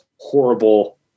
horrible